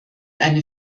eine